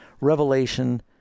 Revelation